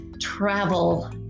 travel